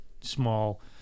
small